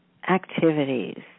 activities